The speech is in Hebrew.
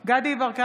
דסטה גדי יברקן,